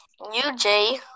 UJ